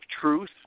Truth